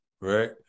right